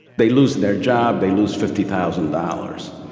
they lose their job, they lose fifty thousand dollars.